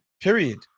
Period